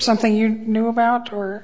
something you knew about o